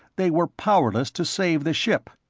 they were powerless to save the ship.